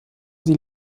sie